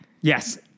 Yes